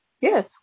Yes